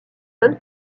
john